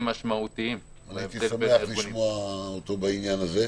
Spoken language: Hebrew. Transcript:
הייתי שמח לשמוע אותו בעניין הזה.